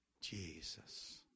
Jesus